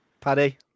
Paddy